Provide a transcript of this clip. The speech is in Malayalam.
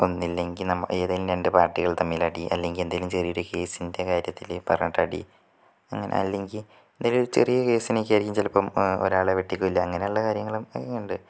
ഒന്നില്ലങ്കിൽ നമ്മ ഏതെങ്കിലും രണ്ട് പാർട്ടികള് തമ്മിലടി അല്ലെങ്കിൽ എന്തെങ്കിലും ചെറിയ ഒരു കേസിൻ്റെ കാര്യത്തില് പറഞ്ഞിട്ട് അടി അങ്ങനല്ലങ്കിൽ ഒരു ചെറിയ കേസിനൊക്കെ ആയിരിക്കും ചിലപ്പം ഒരാളെ വെട്ടി കൊല്ലുക അങ്ങനെയുള്ള കാര്യങ്ങളും ഉണ്ട്